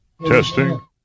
Testing